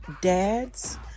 dads